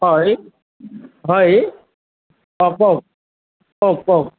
হয় হয় অঁ কওক কওক কওক